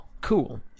cool